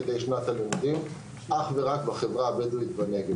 שנת הלימודים אך ורק בחברה הבדואית בנגב,